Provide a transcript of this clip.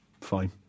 Fine